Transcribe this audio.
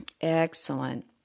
Excellent